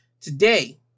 Today